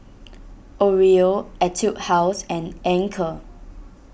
Oreo Etude House and Anchor